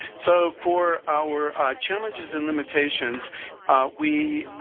so, for our challenges and limitations we